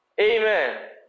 Amen